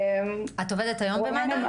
את עובדת היום במד"א?